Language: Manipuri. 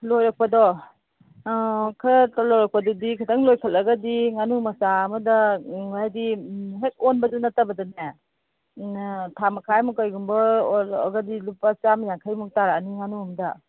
ꯂꯣꯏꯔꯛꯄꯗꯣ ꯑꯥ ꯈꯔ ꯂꯣꯏꯔꯛꯄꯗꯗꯤ ꯈꯤꯇꯪ ꯂꯣꯏꯈꯠꯂꯒꯗꯤ ꯉꯥꯅꯨ ꯃꯆꯥ ꯑꯃꯗ ꯍꯥꯏꯗꯤ ꯍꯦꯛ ꯑꯣꯟꯕꯗꯨ ꯅꯠꯇꯕꯗꯅꯦ ꯑꯥ ꯊꯥ ꯃꯈꯥꯏꯃꯨꯛ ꯀꯩꯒꯨꯝꯕ ꯑꯣꯏꯔꯛꯑꯒꯗꯤ ꯂꯨꯄꯥ ꯆꯥꯝ ꯌꯥꯡꯈꯩꯃꯨꯛ ꯇꯥꯔꯛꯑꯅꯤ ꯉꯥꯅꯨ ꯑꯝꯗ